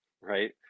right